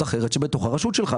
ברשתות.